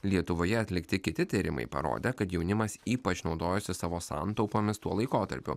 lietuvoje atlikti kiti tyrimai parodė kad jaunimas ypač naudojosi savo santaupomis tuo laikotarpiu